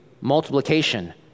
multiplication